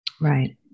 Right